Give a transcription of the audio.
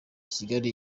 kigali